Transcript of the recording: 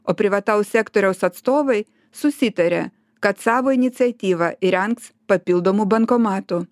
o privataus sektoriaus atstovai susitarė kad savo iniciatyva įrengs papildomų bankomatų